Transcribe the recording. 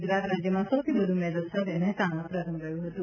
ગુજરાત રાજ્યમાં સૌથી વ્ધુ મેડલ સાથે મહેસાણા પ્રથમ રહ્યું હતું